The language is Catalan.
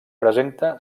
presenta